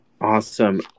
Awesome